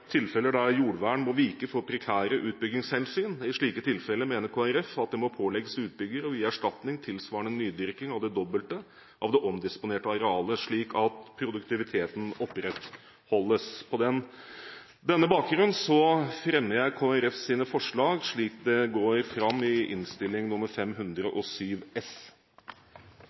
tilfeller der jordvern må vike for prekære utbyggingshensyn. I slike tilfeller mener Kristelig Folkeparti det må pålegges utbygger å gi erstatning tilsvarende nydyrking av det dobbelte av det omdisponerte arealet, slik at produktiviteten opprettholdes. På denne bakgrunn fremmer jeg Kristelig Folkepartis forslag, slik det går fram i Innst. 507 S.